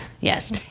Yes